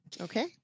Okay